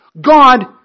God